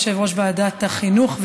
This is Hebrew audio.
יושב-ראש ועדת החינוך,